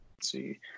see